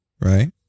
right